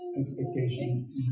expectations